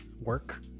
work